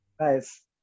Nice